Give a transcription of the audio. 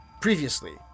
Previously